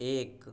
एक